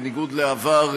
בניגוד לעבר,